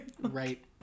Right